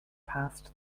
past